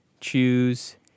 choose